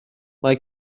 mae